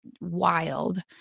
wild